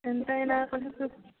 ఎంతైనా కొంచెం చు